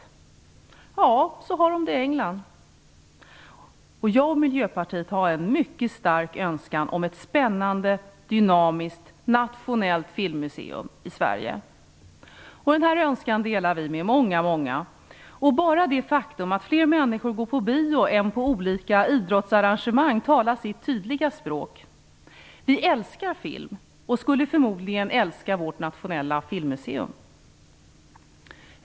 Så har man det i England. Jag och Miljöpartiet har en mycket stark önskan om ett spännande, dynamiskt, nationellt filmmuseum i Sverige. Den önskan delar vi med många. Bara det faktum är fler människor går på bio än på olika idrottsarrangemang talar sitt tydliga språk. Vi älskar film och skulle förmodligen älska vårt nationella filmmuseum.